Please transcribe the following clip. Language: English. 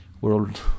world